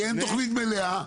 כי אין תוכנית מלאה.